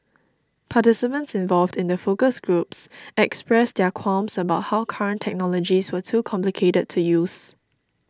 participants involved in the focus groups expressed their qualms about how current technologies were too complicated to use